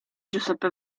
giuseppe